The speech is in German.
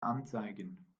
anzeigen